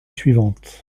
suivante